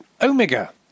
Omega